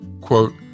Quote